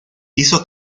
hizo